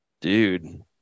Dude